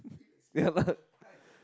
yeah lah